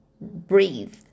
breathe